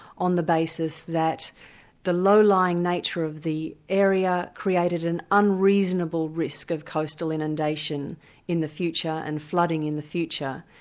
on the basis that the low-lying nature of the area created an unreasonable risk of coastal inundation in the future, and flooding in the future,